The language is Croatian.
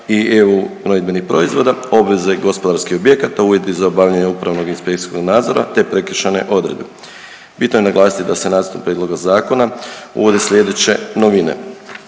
i EU gnojidbenih proizvoda, obveze gospodarskih objekata, uvjeti za obavljanje upravnog i inspekcijskog nadzora te prekršajne odredbe. Bitno je naglasiti da se nacrtom prijedloga zakona uvodi slijedeće novine.